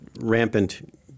rampant